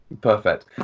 perfect